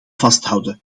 vasthouden